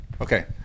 Okay